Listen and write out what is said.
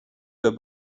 der